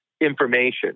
information